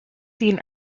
seen